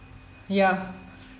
ya